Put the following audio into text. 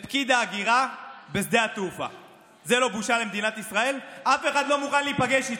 לאנגליה, לא רוצים להיפגש איתך.